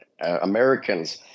Americans